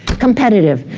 competitive.